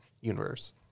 Universe